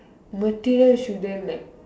material shouldn't like